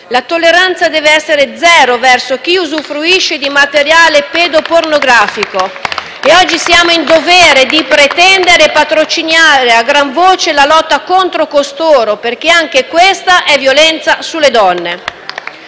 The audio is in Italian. La tolleranza deve essere zero verso chi usufruisce di materiale pedopornografico. *(Applausi dal Gruppo L-SP-PSd'Az)*. Oggi siamo in dovere di pretendere e patrocinare a gran voce la lotta contro costoro, perché anche questa è violenza sulle donne.